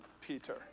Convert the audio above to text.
Peter